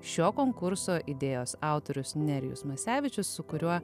šio konkurso idėjos autorius nerijus masevičius su kuriuo